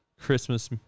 Christmas